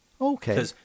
Okay